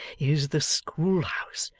is the schoolhouse,